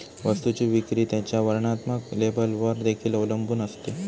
वस्तूची विक्री त्याच्या वर्णात्मक लेबलवर देखील अवलंबून असते